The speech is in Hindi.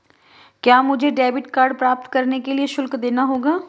क्या मुझे डेबिट कार्ड प्राप्त करने के लिए शुल्क देना होगा?